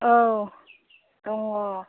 औ दङ